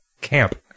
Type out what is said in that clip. camp